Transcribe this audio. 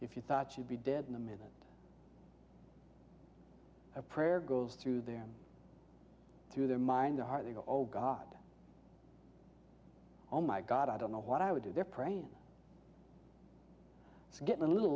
if you thought you'd be dead in a minute a prayer goes through them through their mind the heart they go oh god oh my god i don't know what i would do there pray i'm getting a little